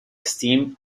esteem